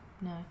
no